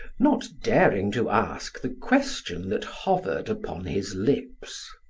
not daring to ask the question that hovered upon his lips.